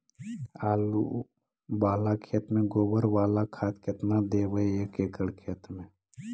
आलु बाला खेत मे गोबर बाला खाद केतना देबै एक एकड़ खेत में?